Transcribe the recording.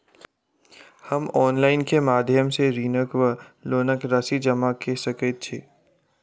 हम ऑनलाइन केँ माध्यम सँ ऋणक वा लोनक राशि जमा कऽ सकैत छी?